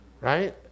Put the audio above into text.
right